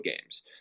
games